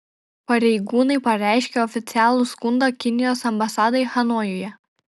pareigūnai pareiškė oficialų skundą kinijos ambasadai hanojuje